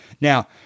Now